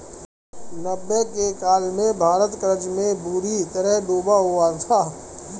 नब्बे के काल में भारत कर्ज में बुरी तरह डूबा हुआ था